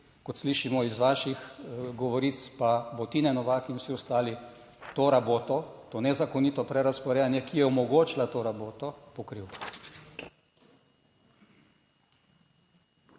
Kot slišimo iz vaših govoric, pa bo Tine Novak in vsi ostali to raboto, to nezakonito prerazporejanje, ki je omogočila to raboto pokril.